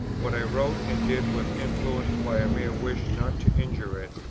what i wrote and did was influenced by a mere wish not to injure it,